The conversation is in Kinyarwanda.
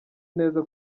neza